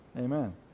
Amen